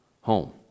home